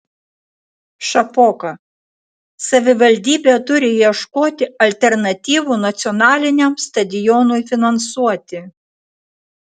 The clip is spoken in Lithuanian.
šapoka savivaldybė turi ieškoti alternatyvų nacionaliniam stadionui finansuoti